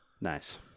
Nice